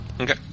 Okay